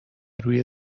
روی